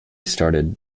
started